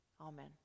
Amen